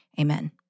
amen